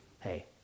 hey